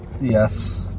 Yes